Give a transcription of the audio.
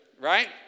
Right